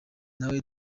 nawe